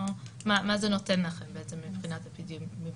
מה זה נותן לכם בעצם מבחינה אפידמיולוגית?